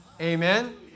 Amen